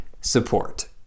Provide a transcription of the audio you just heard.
support